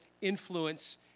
influence